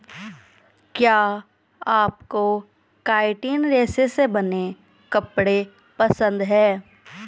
क्या आपको काइटिन रेशे से बने कपड़े पसंद है